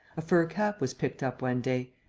a fur cap was picked up one day